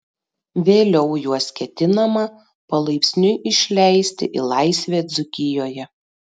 vėliau juos ketinama palaipsniui išleisti į laisvę dzūkijoje